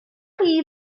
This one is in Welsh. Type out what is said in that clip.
chi